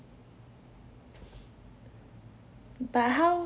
but how